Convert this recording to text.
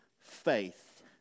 faith